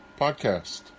podcast